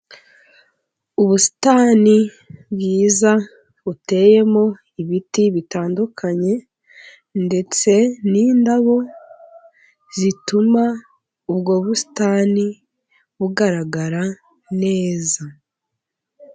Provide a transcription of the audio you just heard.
Ubusitani bwiza, buteyemo ibiti bitandukanye, ndetse n'indabo zituma ubwo busitani bugaragara neza.